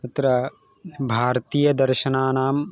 अत्र भारतीयदर्शनानां